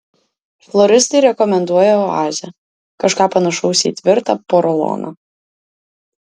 floristai rekomenduoja oazę kažką panašaus į tvirtą poroloną